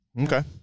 Okay